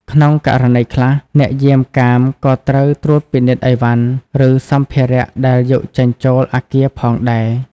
ក្នុងករណីខ្លះ អ្នកយាមកាមក៏ត្រូវត្រួតពិនិត្យអីវ៉ាន់ ឬសម្ភារៈដែលយកចេញចូលអគារផងដែរ។